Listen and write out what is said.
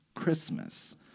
Christmas